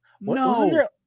No